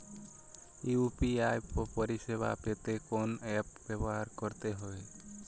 UPI পরিসেবা পেতে কোন অ্যাপ ব্যবহার করতে হবে?